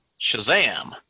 Shazam